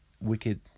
wicked